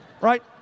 Right